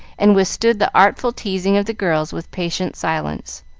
and withstood the artful teasing of the girls with patient silence.